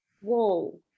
whoa